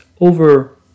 over